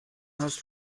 hast